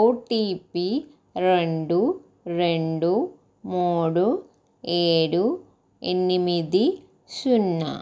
OTP రెండు రెండు మూడు ఏడు ఎనిమిది సున్నా